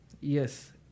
Yes